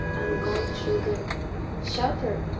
going to the shelter.